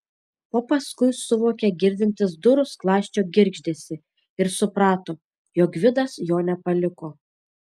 o paskui suvokė girdintis durų skląsčio girgždesį ir suprato jog gvidas jo nepaliko